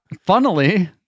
funnily